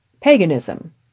paganism